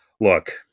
Look